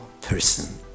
person